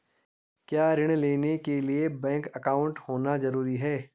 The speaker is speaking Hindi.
क्या ऋण लेने के लिए बैंक अकाउंट होना ज़रूरी है?